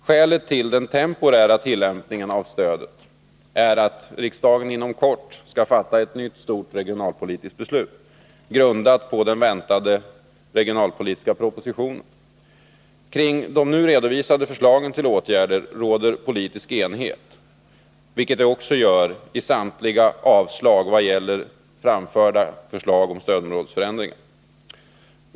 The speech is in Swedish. Skälet till den temporära tillämpningen av stödet är att riksdagen inom kort skall fatta ett nytt stort regionalpolitiskt beslut, grundat på den väntade regionalpolitiska propositionen. Kring de nu redovisade förslagen till åtgärder råder politisk enighet, vilket det också gör i fråga om samtliga avstyrkanden vad gäller framförda förslag om stödområdesförändringar.